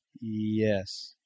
Yes